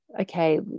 okay